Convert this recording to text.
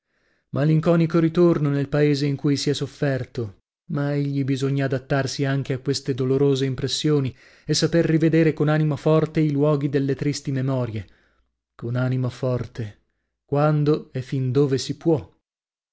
malinconico ritorno nel paese in cui si è sofferto ma egli bisogna adattarsi anche a queste dolorose impressioni e saper rivedere con animo forte i luoghi delle tristi memorie con animo forte quando e fin dove si può